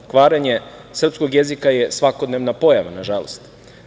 Kvarenje srpskog jezika je svakodnevna pojava, nažalost.